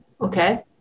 okay